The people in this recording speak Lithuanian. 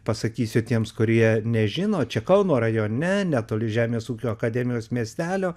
pasakysiu tiems kurie nežino čia kauno rajone netoli žemės ūkio akademijos miestelio